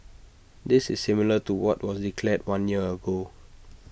this is similar to what was declared one year ago